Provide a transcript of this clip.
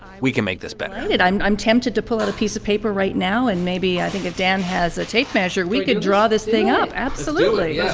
we can make this better and i'm i'm tempted to pull out a piece of paper right now and maybe, i think, if dan has a tape measure, we can draw this thing up. absolutely yeah